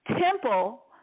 temple